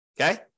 Okay